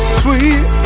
sweet